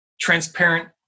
transparent